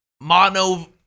mono